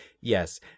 yes